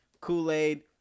Kool-Aid